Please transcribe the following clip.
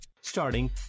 Starting